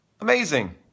Amazing